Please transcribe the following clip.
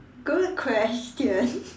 good question